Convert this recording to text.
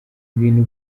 ibintu